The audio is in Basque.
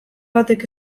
batek